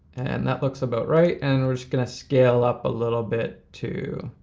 and that looks about right, and we're just gonna scale up a little bit to